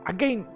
Again